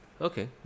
Okay